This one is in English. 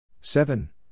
Seven